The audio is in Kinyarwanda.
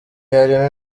harimo